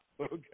Okay